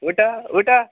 ಊಟ ಊಟ